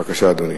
בבקשה, אדוני.